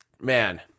Man